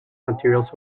materials